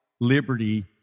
liberty